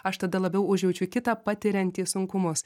aš tada labiau užjaučiu kitą patiriantį sunkumus